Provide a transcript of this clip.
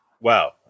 Wow